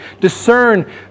discern